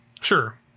sure